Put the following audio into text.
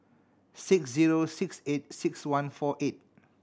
six zero six eight six one four eight